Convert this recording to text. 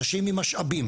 אנשים עם משאבים,